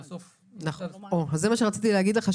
ובסוף --- זה מה שרציתי להגיד לך,